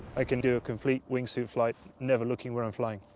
i can do a complete wingsuit flight never looking where i'm flying.